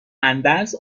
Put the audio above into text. اندرز